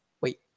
Wait